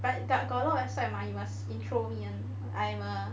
but got a lot of website mah you must intro me [one] I'm a